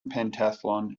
pentathlon